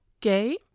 gay